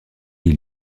est